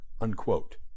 unquote